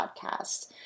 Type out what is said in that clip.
podcast